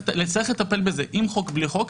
צריך לטפל בזה, עם חוק, בלי חוק.